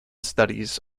studies